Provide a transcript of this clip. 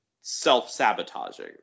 self-sabotaging